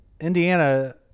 Indiana